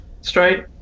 straight